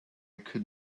could